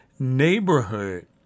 neighborhood